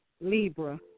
Libra